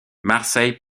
marseille